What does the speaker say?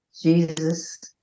Jesus